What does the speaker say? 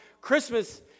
Christmas